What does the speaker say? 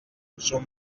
son